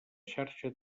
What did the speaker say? xarxa